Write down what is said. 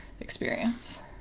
experience